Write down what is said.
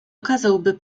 okazałby